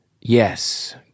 Yes